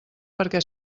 perquè